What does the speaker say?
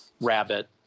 rabbit